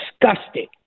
disgusting